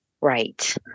Right